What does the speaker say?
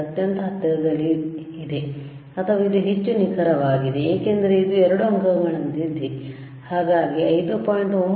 92 ಅತ್ಯಂತ ಹತ್ತಿರದಲ್ಲಿದೆ ಅಥವಾ ಇದು ಹೆಚ್ಚು ನಿಖರವಾಗಿದೆ ಏಕೆಂದರೆ ಇದು 2 ಅಂಕೆಗಳಂತಿದೆ ಹಾಗಾಗಿ 5